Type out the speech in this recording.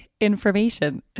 information